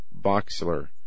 boxler